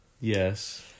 Yes